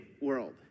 world